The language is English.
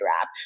wrap